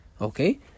Okay